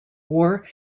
war